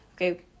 okay